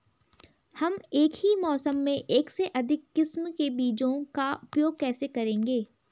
हम एक ही मौसम में एक से अधिक किस्म के बीजों का उपयोग कैसे करेंगे?